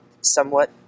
somewhat